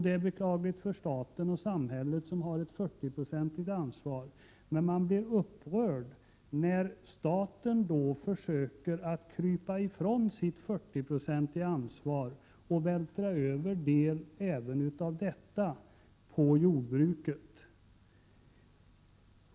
Det är beklagligt för staten och samhället, som har ett 40-procentigt ansvar. Men man blir upprörd när staten försöker att krypa ifrån sitt 40-procentiga ansvar och vältra över en del av detta på jordbruket.